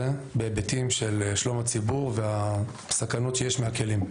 בהיבטים של שלום הציבור ובסכנות שיש מהכלים.